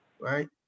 right